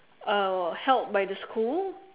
uh held by the school